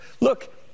Look